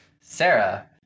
Sarah